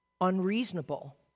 unreasonable